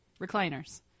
Recliners